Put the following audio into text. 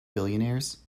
billionaires